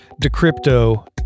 Decrypto